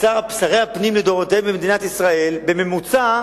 ששרי הפנים במדינת ישראל לדורותיהם שללו בממוצע